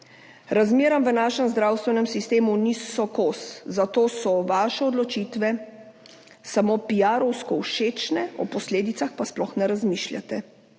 Razmeram v našem zdravstvenem sistemu niste kos, zato so vaše odločitve samo piarovsko všečne, o posledicah pa sploh ne razmišljate.